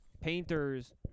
painters